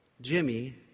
Jimmy